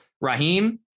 Raheem